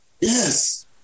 Yes